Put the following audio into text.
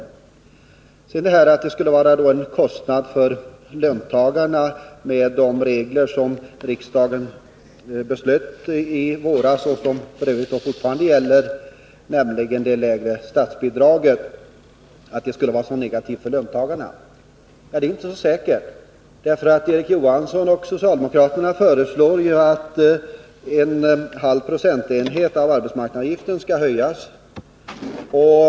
Sedan vill jag kommentera att det skulle innebära en kostnad för löntagarna med de regler som riksdagen beslöt i våras — som f. ö. fortfarande gäller — nämligen att det lägre statsbidraget skulle vara så negativt för löntagarna. Ja, det är inte så säkert. Ni socialdemokrater föreslår ju, Erik Johansson, att arbetsmarknadsavgiften skall höjas med 0,5 96.